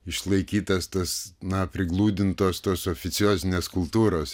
išlaikytas tas na prigludintos tos oficiozinės kultūros